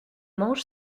mange